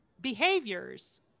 behaviors